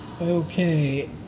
Okay